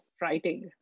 writing